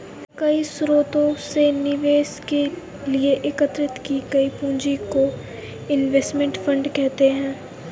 कई स्रोतों से निवेश के लिए एकत्रित की गई पूंजी को इनवेस्टमेंट फंड कहते हैं